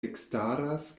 ekstaras